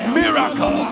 miracle